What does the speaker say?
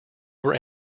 were